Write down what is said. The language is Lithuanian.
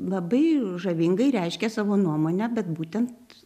labai žavingai reiškia savo nuomonę bet būtent